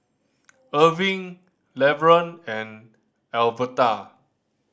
Erving Levern and Alverta